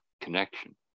connection